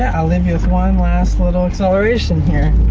yeah. i'll leave you with one last, little acceleration, here.